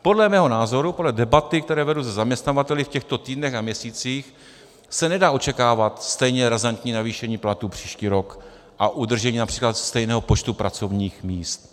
Podle mého názoru, podle debat, které vedu se zaměstnavateli v těchto týdnech a měsících, se nedá očekávat stejně razantní navýšení platů příští rok a udržení např. stejného počtu pracovních míst.